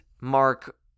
mark